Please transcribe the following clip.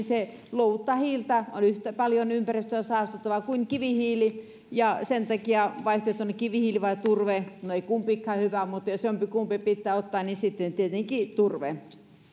luovuttaa hiiltä yhtä paljon ja on yhtä paljon ympäristöä saastuttavaa kuin kivihiili ja sen takia jos vaihtoehtoina ovat kivihiili ja ja turve ei kumpikaan ole hyvä mutta jos jompikumpi pitää ottaa niin tietenkin turve